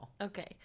Okay